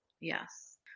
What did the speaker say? Yes